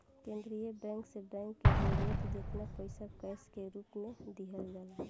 केंद्रीय बैंक से बैंक के जरूरत जेतना पईसा कैश के रूप में दिहल जाला